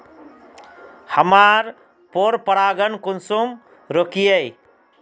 हमार पोरपरागण कुंसम रोकीई?